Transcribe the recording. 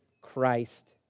Christ